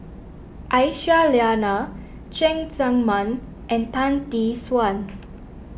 Aisyah Lyana Cheng Tsang Man and Tan Tee Suan